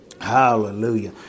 Hallelujah